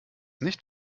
nicht